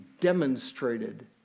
demonstrated